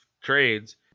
trades